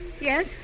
Yes